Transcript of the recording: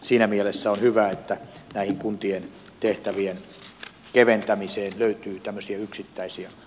siinä mielessä on hyvä että tähän kuntien tehtävien keventämiseen löytyy tämmöisiä yksittäisiä